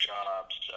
Jobs